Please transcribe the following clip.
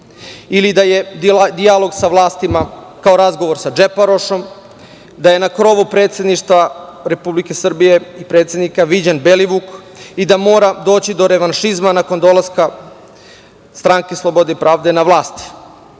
ili da je dijalog sa vlastima kao razgovor sa džeparošom, da je na krovu predsedništva Republike Srbije i predsednika viđen Belivuk, i da mora doći do revanšizma nakon dolaska Stranke slobode i pravde na